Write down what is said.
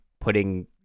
putting